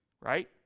right